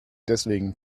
deswegen